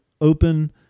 open